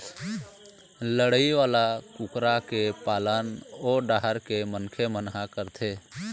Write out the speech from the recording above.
लड़ई वाला कुकरा के पालन ओ डाहर के मनखे मन ह करथे